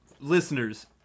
listeners